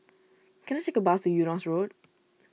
can I take a bus Eunos Road